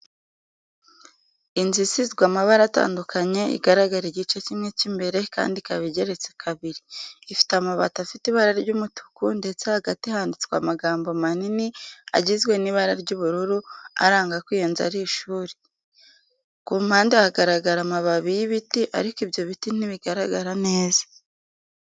Inzu isizwe amabara atandukanye igaragara igice kimwe cy'imbere kandi ikaba igeretse kabiri, Ifite amabati afite ibara ry'umutuku ndetse hagati handitswe amagambo manini agizwe nibara ry'ubururu aranga ko iyinzu ari ishuri. Kumpande haragaragara amababi y'ibiti ariko ibyo biti ntibigaragara neza.